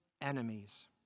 enemies